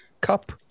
cup